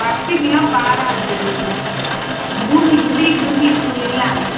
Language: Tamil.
பத்து கிலோ காரா இது பூந்தி உதிரி பூந்தி இருக்கும் இல்லைங்களா